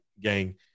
gang